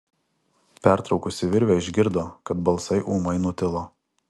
pertraukusi virvę išgirdo kad balsai ūmai nutilo